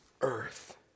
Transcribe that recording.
earth